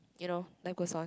you know life goes on